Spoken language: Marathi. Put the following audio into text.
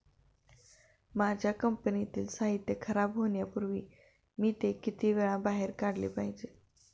माझ्या कंपनीतील साहित्य खराब होण्यापूर्वी मी ते किती वेळा बाहेर काढले पाहिजे?